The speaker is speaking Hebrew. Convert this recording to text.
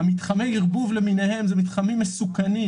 מתחמי הערבוב למיניהם הם מסוכנים.